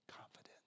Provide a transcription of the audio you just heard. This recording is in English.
Confidence